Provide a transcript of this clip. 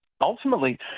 ultimately